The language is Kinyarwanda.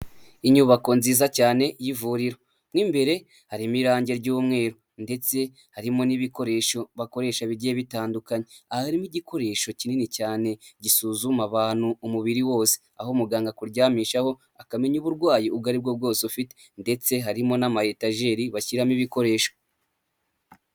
Inyubako nziza cyane y'ivuriro. Mo imbere harimo irangi ry'umweru. Ndetse harimo n'ibikoresho bakoresha bigiye bitandukanye. Aha harimo igikoresho kinini cyane gisuzuma abantu umubiri wose. Aho muganga akuryamishaho akamenya uburwayi ubwo aribwo bwose ufite. Ndetse harimo n'ama etajeri bashyiramo ibikoresho.